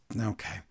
Okay